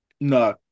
No